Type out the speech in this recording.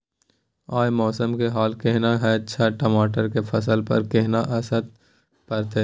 आय मौसम के हाल केहन छै टमाटर के फसल पर केहन असर परतै?